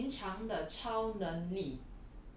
不寻常的超能力